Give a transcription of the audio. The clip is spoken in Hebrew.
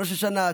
ראש השנה,